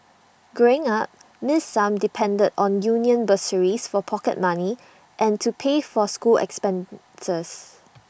growing up miss sum depended on union bursaries for pocket money and to pay for school expenses